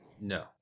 No